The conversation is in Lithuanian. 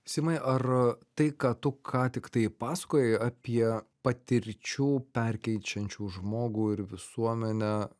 simai ar tai ką tu ką tiktai pasakojai apie patirčių perkeičiančių žmogų ir visuomenę